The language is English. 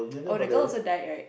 oh the girl also died right